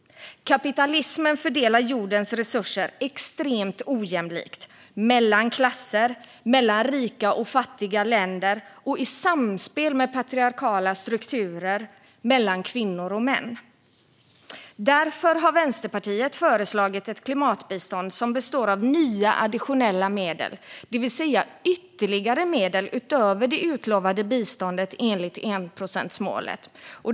Kapitalismen fördelar jordens resurser extremt ojämlikt mellan klasser, mellan rika och fattiga länder och, i samspel med patriarkala strukturer, mellan kvinnor och män. Därför har Vänsterpartiet föreslagit ett klimatbistånd som består av nya additionella medel, det vill säga ytterligare medel utöver det utlovade biståndet enligt enprocentsmålet.